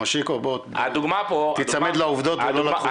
מושיקו בוא, תיצמד לעובדות ולא לתחושות.